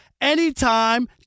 anytime